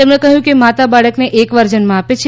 તેમણે કહયું કે માતા બાળકને એકવાર જન્મ આપે છે